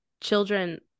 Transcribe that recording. children